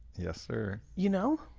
yes, sir. you know?